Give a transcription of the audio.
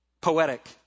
poetic